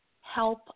Help